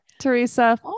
teresa